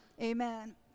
amen